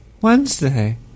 Wednesday